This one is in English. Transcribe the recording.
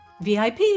VIP